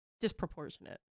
disproportionate